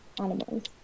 animals